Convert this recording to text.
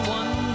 one